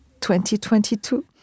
2022